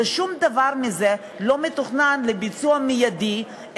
שום דבר מזה לא מתוכנן לביצוע מיידי,